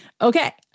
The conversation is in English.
Okay